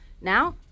Now